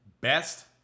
Best